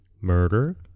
murder